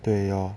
对 lor